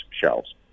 shelves